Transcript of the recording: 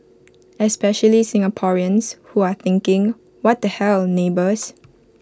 especially Singaporeans who are thinking what the hell neighbours